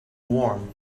warm